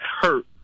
hurt